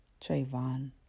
Trayvon